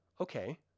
okay